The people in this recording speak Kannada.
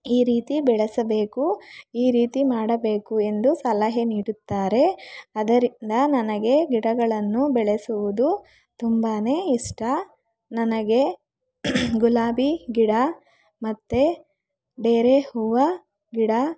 ಈ ರೀತಿ ಬೆಳೆಸಬೇಕು ಈ ರೀತಿ ಮಾಡಬೇಕು ಎಂದು ಸಲಹೆ ನೀಡುತ್ತಾರೆ ಅದರಿಂದ ನನಗೆ ಗಿಡಗಳನ್ನು ಬೆಳೆಸುವುದು ತುಂಬಾ ಇಷ್ಟ ನನಗೆ ಗುಲಾಬಿ ಗಿಡ ಮತ್ತು ಡೇರೆ ಹೂವು ಗಿಡ